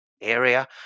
area